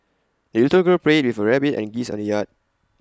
the little girl played with her rabbit and geese in the yard